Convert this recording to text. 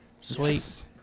Sweet